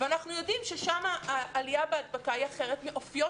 אם כולנו נהיה כך אז אנחנו נוכל